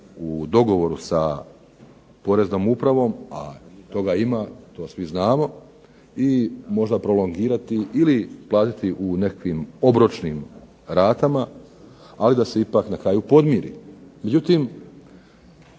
u dogovoru sa poreznom upravom a toga ima, to svi znamo i možda prolongirati ili platiti u nekim obročnim ratama, ali da se ipak na kraju podmiri.